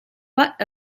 butt